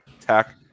tech